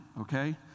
Okay